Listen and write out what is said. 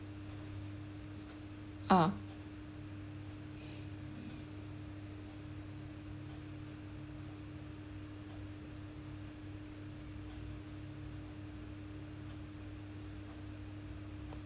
ah